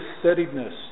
steadiness